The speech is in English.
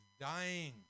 dying